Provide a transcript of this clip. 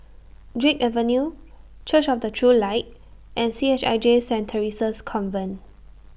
Drake Avenue Church of The True Light and C H I J Saint Theresa's Convent